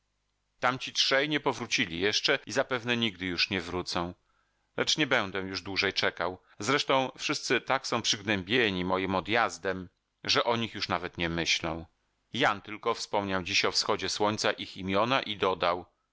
odmówić tamci trzej nie powrócili jeszcze i zapewne nigdy już nie wrócą lecz nie będę już dłużej czekał zresztą wszyscy tak są przygnębieni moim odjazdem że o nich już nawet nie myślą jan tylko wspomniał dziś o wschodzie słońca ich imiona i dodał